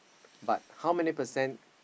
but how many percent